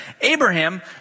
Abraham